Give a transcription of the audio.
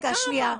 שנייה.